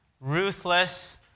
ruthless